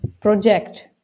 project